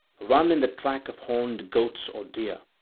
run in the track of horned goats or deer,